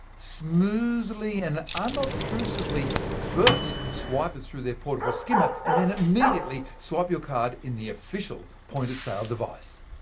smoothly and unobtrusively first swipe it through their portable skimmer, and then immediately swipe your card in the official point-of-sale device.